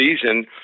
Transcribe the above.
season